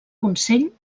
consell